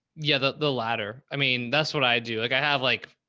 yeah. the, the ladder, i mean, that's what i do. like i have like,